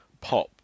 Pop